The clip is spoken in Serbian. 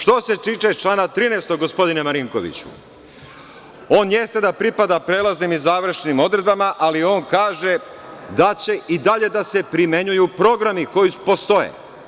Što se tiče člana 13. gospodine Marinkoviću, on jeste da pripada prelaznim i završnim odredbama, ali on kaže da će i dalje da se primenjuju programi koji postoje.